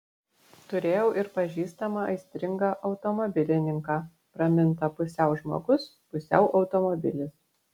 turėjau ir pažįstamą aistringą automobilininką pramintą pusiau žmogus pusiau automobilis